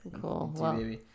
cool